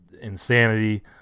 Insanity